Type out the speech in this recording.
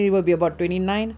ya